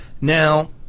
Now